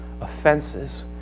offenses